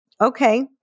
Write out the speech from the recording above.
okay